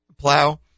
plow